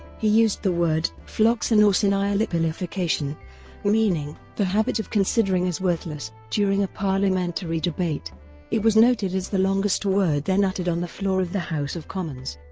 he used the word floccinaucinihilipilification meaning the habit of considering as worthless during a parliamentary debate it was noted as the longest word then uttered on the floor of the house of commons.